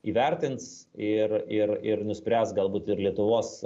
įvertins ir ir ir nuspręs galbūt ir lietuvos